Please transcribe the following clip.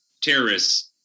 terrorists